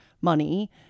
money